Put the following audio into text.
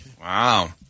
Wow